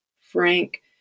Frank